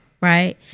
right